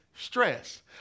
Stress